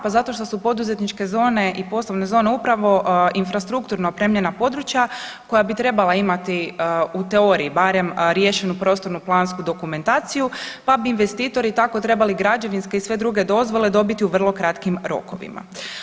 Pa zato što su poduzetničke zone i poduzetničke zone upravo infrastrukturno opremljena područja koja bi trebala imati u teoriji barem rješenju prostorno plansku dokumentaciju pa bi investitori tako trebali građevinske i sve druge dozvole dobiti u vrlo kratkim rokovima.